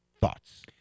Thoughts